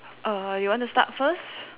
err you want to start first